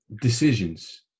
decisions